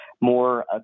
more